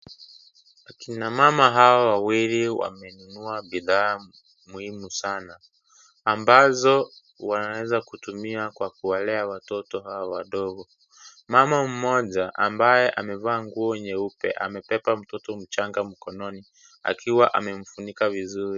Kina mama hawa wawili wamenunua bidhaa muhimu sana ambazo wanaweza tumia kwa kuwalea watoto hawa wadogo. Mama mmoja ambaye amevaa nguo nyeupe amebeba mtoto mchanga mkononi akiwa amemfunika vizuri.